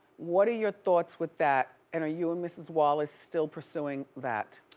what are your thoughts with that? and are you and mrs. wallace still pursuing that?